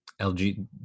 LG